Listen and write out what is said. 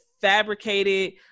fabricated